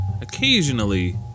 Occasionally